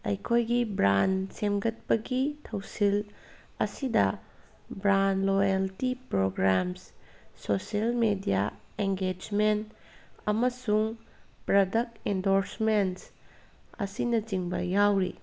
ꯑꯩꯈꯣꯏꯒꯤ ꯕ꯭ꯔꯥꯟ ꯁꯦꯝꯒꯠꯄꯒꯤ ꯊꯧꯁꯤꯜ ꯑꯁꯤꯗ brand loyalty programmes social media engagement ꯑꯃꯁꯨꯡ ꯄ꯭ꯔꯗꯛ ꯏꯟꯗꯣꯔꯁꯃꯦꯟ ꯑꯁꯤꯅꯆꯤꯡꯕ ꯌꯥꯎꯔꯤ